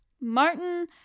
Martin